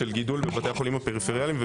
של גידול בבתי החולים הפריפריאליים.